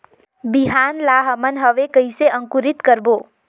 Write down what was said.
बिहान ला हमन हवे कइसे अंकुरित करबो?